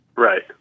Right